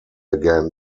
again